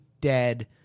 dead